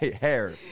hair